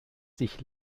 sich